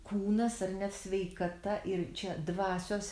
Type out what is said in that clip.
kūnas ar net sveikata ir čia dvasios